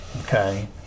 okay